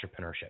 entrepreneurship